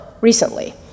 recently